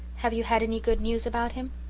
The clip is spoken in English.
have you had any good news about him?